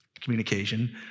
communication